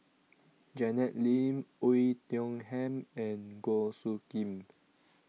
Janet Lim Oei Tiong Ham and Goh Soo Khim